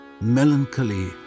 melancholy